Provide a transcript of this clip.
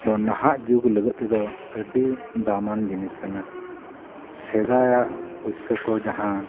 ᱫᱚ ᱱᱟᱦᱟᱜ ᱡᱩᱜᱽ ᱞᱟᱜᱟᱛ ᱛᱮᱫᱚ ᱟᱹᱰᱤ ᱫᱟᱢᱟᱱ ᱡᱤᱱᱤᱥ ᱠᱟᱱᱟ ᱥᱮᱫᱟᱭᱟᱜ ᱯᱩᱭᱥᱟᱹ ᱠᱚ ᱡᱟᱦᱟᱸ